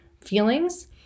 feelings